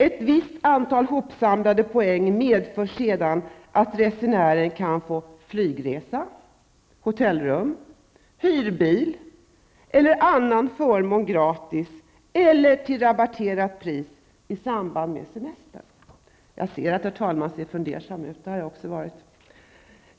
Ett visst antal hopsamlade poäng medför sedan att resenären kan få flygresa, hotellrum, hyrbil eller annan förmån gratis eller till rabatterat pris i samband med semestern. Jag ser att herr talmannen ser fundersam ut, och det har jag också varit.